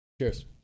Cheers